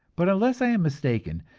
but unless i am mistaken,